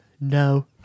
No